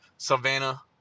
Savannah